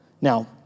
Now